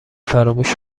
فراموش